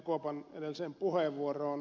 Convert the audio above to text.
kuopan edelliseen puheenvuoroon